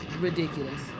ridiculous